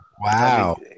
Wow